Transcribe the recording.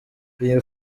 iyi